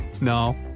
no